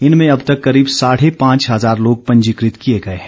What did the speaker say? इनमें अब तक करीब साढ़े पांच हजार लोग पंजीकृत किए गए हैं